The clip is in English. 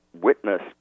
witness